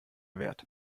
wert